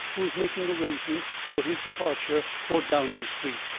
who was making arrangements for his departure for downing street.